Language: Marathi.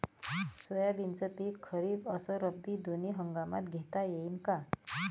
सोयाबीनचं पिक खरीप अस रब्बी दोनी हंगामात घेता येईन का?